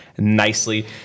Nicely